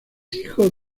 hijo